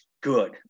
good